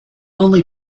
only